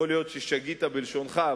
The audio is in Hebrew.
יכול להיות ששגית בלשונך,